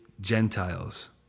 Gentiles